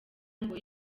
ngo